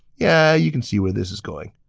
yeah, you can see where this is going.